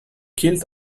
killed